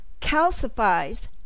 calcifies